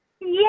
Yes